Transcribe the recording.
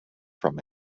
from